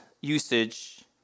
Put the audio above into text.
usage